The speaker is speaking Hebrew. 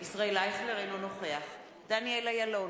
אינו נוכח דניאל אילון,